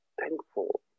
thankful